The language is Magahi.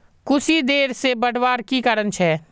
कुशी देर से बढ़वार की कारण छे?